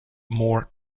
more